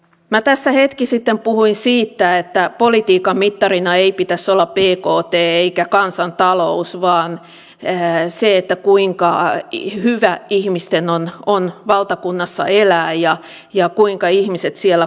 minä tässä hetki sitten puhuin siitä että politiikan mittarina ei pitäisi olla bkt eikä kansantalous vaan se kuinka hyvä ihmisten on valtakunnassa elää ja kuinka ihmiset siellä kukoistavat